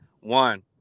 one